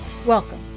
Welcome